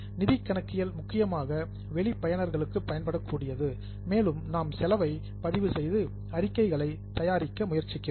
நிதி கணக்கியல் முக்கியமாக வெளி பயனர்களுக்கு பயன்படக்கூடியது மேலும் நாம் செலவை பதிவு செய்து அறிக்கைகளை தயாரிக்க முயற்சிக்கிறோம்